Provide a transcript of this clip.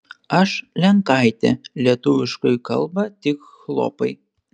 aš lenkaitė lietuviškai kalba tik chlopai